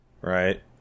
right